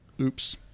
Oops